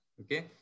Okay